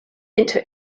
into